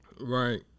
Right